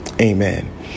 Amen